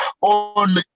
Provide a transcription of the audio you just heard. on